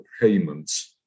payments